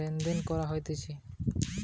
check বইয়ের পাতাতে লিখে টাকা লেনদেন করা হতিছে